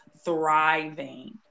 thriving